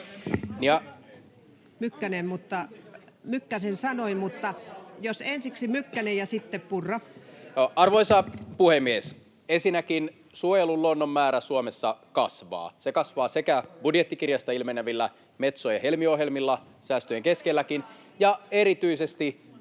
Mykkäsen sanoin, ja jos ensiksi Mykkänen ja sitten Purra. Arvoisa puhemies! Ensinnäkin suojellun luonnon määrä Suomessa kasvaa. [Välihuutoja vihreiden ryhmästä] Se kasvaa sekä budjettikirjasta ilmenevillä Metso- ja Helmi-ohjelmilla säästöjen keskelläkin ja erityisesti